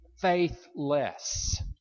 faithless